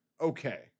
okay